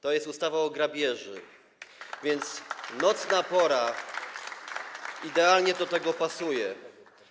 To jest ustawa o grabieży, więc nocna pora idealnie do tego pasuje.